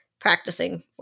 practicing